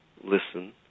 listen